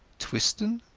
twisdon?